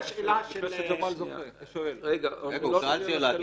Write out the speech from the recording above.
וזה שג'מאל שואל,